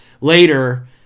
Later